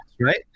right